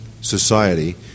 society